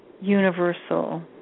universal